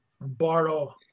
borrow